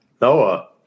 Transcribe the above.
Noah